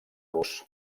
los